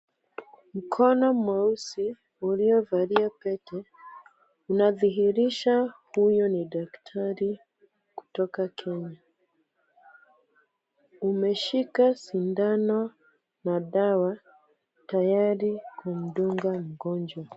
Mkono mweusi uliovalia pete, unadhihirisha huyo ni daktari kutoka Kenya. Umeshika sindano na dawa tayari kumdunga mgonjwa.